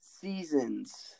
seasons